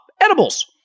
edibles